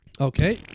Okay